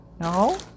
no